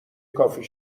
کافی